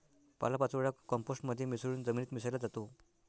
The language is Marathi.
पालापाचोळा कंपोस्ट मध्ये मिसळून जमिनीत मिसळला जातो